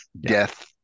death